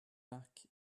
back